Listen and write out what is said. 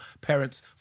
Parents